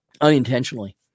unintentionally